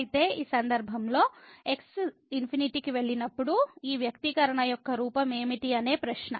అయితే ఈ సందర్భంలో x ∞ కి వెళ్ళినప్పుడు ఈ వ్యక్తీకరణ యొక్క రూపం ఏమిటి అనే ప్రశ్న